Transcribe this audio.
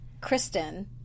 Kristen